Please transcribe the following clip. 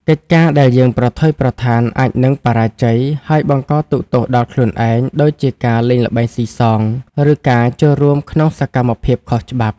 កិច្ចការដែលយើងប្រថុយប្រថាន អាចនឹងបរាជ័យ ហើយបង្កទុក្ខទោសដល់ខ្លួនឯង ដូចជាការលេងល្បែងស៊ីសង ឬការចូលរួមក្នុងសកម្មភាពខុសច្បាប់។